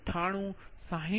98 31